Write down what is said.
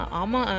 ama